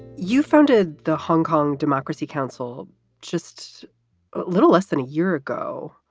you founded the hong kong democracy council just a little less than a year ago.